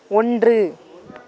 ஒன்று